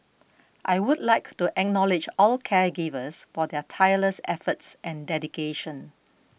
I would like to acknowledge all caregivers for their tireless efforts and dedication